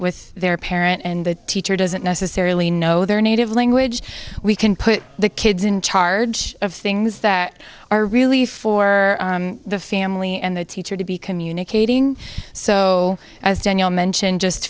with their parent and the teacher doesn't necessarily know their native language we can put the kids in charge of things that are really for the family and the teacher to be communicating so as daniel mentioned just